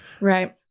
Right